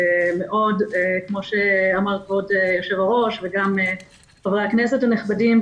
כמו שאמר כבוד יושב-הראש וגם חברי הכנסת הנכבדים.